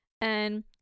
And-